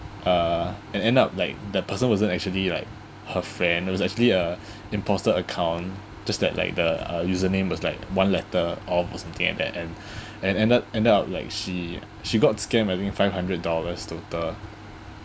uh and end up like the person wasn't actually like her friend was actually a impostor account just that like the user name was like one letter or something like that and and end up end up like she she got scam I think five hundred dollars total